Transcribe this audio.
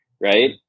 right